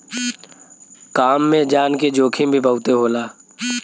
काम में जान के जोखिम भी बहुते होला